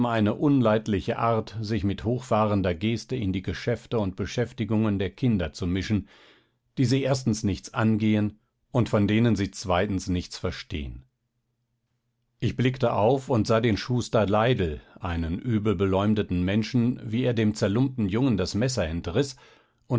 eine unleidliche art sich mit hochfahrender geste in die geschäfte und beschäftigungen der kinder zu mischen die sie erstens nichts angehen und von denen sie zweitens nichts verstehen ich blickte auf und sah den schuster leidl einen übelbeleumdeten menschen wie er dem zerlumpten jungen das messer